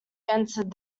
entered